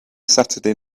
saturday